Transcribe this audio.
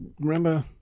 remember